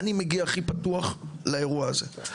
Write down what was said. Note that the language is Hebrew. אני מגיע הכי פתוח לאירוע הזה.